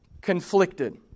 conflicted